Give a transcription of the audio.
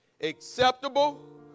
acceptable